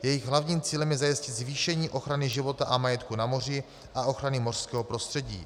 Jejich hlavním cílem je zajistit zvýšení ochrany života a majetku na moři a ochrany mořského prostředí.